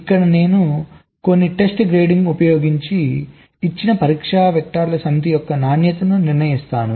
ఇక్కడ నేను కొన్ని టెస్ట్ గ్రేడింగ్ ఉపయోగించి ఇచ్చిన పరీక్షా వెక్టర్ల సమితి యొక్క నాణ్యతను నిర్ణయించాను